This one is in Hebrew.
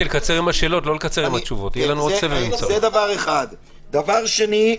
דבר שני,